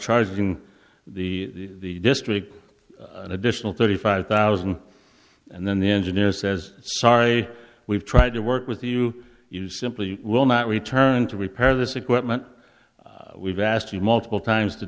charging the district an additional thirty five thousand and then the engineer says sorry we've tried to work with you you simply will not return to repair this equipment we've asked you multiple times to